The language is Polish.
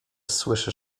słyszy